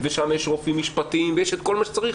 ושם יש רופאים משפטיים ויש את כל מי שצריך,